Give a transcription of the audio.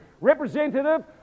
representative